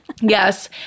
Yes